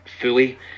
fully